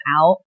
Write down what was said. out